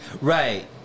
Right